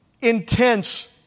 intense